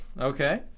Okay